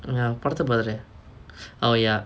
ah அவ படத்த பாத்துர:ava padatha paathura oh ya